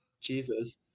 jesus